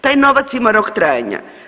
Taj novac ima rok trajanja.